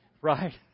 Right